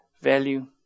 value